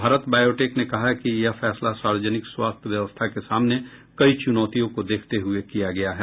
Bharat Biotech ने कहा है कि यह फैसला सार्वजनिक स्वास्थ्य व्यवस्था के सामने कई चुनौतियों को देखते हुए किया गया है